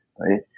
right